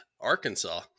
Arkansas